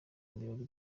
ibirori